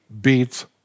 beats